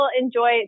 enjoy